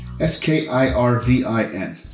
S-K-I-R-V-I-N